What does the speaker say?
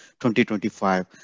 2025